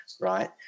right